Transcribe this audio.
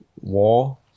war